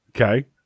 Okay